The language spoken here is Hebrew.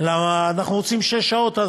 אנחנו רוצים שש שעות.